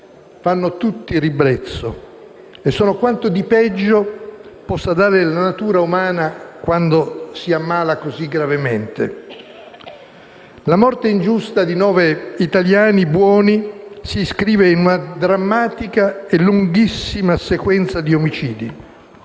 fanno tutti ribrezzo e sono quanto di peggio possa dare la natura umana quando si ammala così gravemente. La morte ingiusta di nove italiani buoni si iscrive in una drammatica e lunghissima sequenza di omicidi,